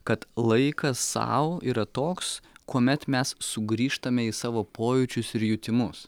kad laikas sau yra toks kuomet mes sugrįžtame į savo pojūčius ir jutimus